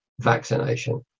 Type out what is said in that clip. vaccination